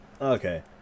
Okay